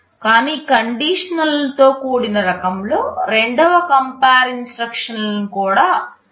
కానీ కండిషన్లతో కూడిన రకంలో రెండవ కంపేర్ ఇన్స్ట్రక్షన్లను కూడా మీరు కండిషన్లతో చేయవచ్చు